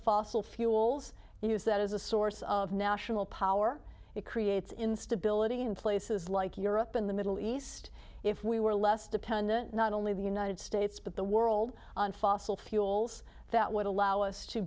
fossil fuels and use that as a source of national power it creates instability in places like europe in the middle east if we were less dependent not only the united states but the world on fossil fuels that would allow us to